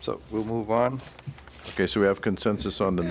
so we'll move on ok so we have consensus on the